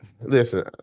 Listen